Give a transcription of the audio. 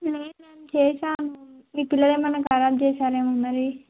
లేదండి చేశాము మీ పిల్లలు ఏమైనా ఖరాబ్ చేశారేమొ మరి